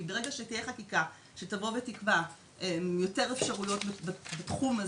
כי ברגע שתהיה חקיקה שתבוא ותקבע יותר אפשרויות בתחום הזה,